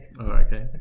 Okay